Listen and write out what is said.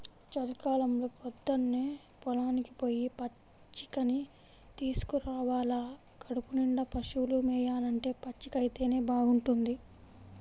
చలికాలంలో పొద్దన్నే పొలానికి పొయ్యి పచ్చికని తీసుకురావాల కడుపునిండా పశువులు మేయాలంటే పచ్చికైతేనే బాగుంటది